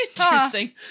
interesting